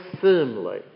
firmly